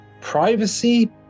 privacy